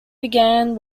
began